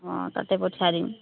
অঁ তাতে পঠিয়াই দিম